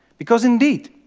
because indeed,